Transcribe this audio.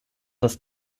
das